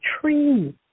tree